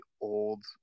old